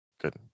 good